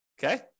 Okay